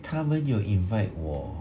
他们有 invite 我